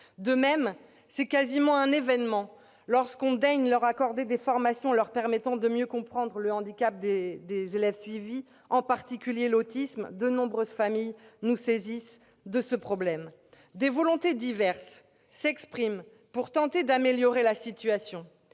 façon, c'est presque un événement lorsque l'on daigne accorder aux accompagnants des formations leur permettant de mieux comprendre le handicap des élèves suivis, en particulier l'autisme- de nombreuses familles nous saisissent de ce problème. Des volontés diverses s'expriment pour tenter d'améliorer la situation.